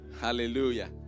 Hallelujah